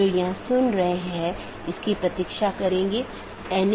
तो यह पूरी तरह से मेष कनेक्शन है